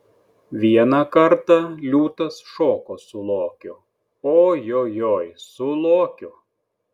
vieną kartą liūtas šoko su lokiu ojojoi su lokiu